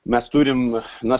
mes turim na